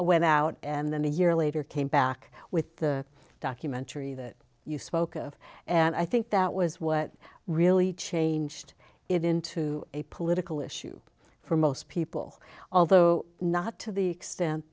went out and then a year later came back with the documentary that you spoke of and i think that was what really changed it into a political issue for most people although not to the extent